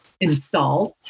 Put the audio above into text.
installed